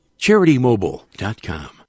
CharityMobile.com